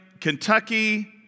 Kentucky